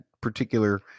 particular